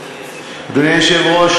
אדוני היושב-ראש,